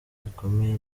bikomeye